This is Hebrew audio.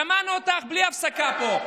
שמענו אותך בלי הפסקה פה.